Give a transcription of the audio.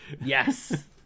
yes